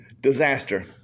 disaster